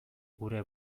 gure